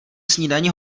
snídani